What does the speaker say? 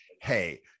hey